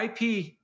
IP